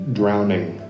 drowning